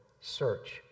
search